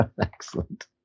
Excellent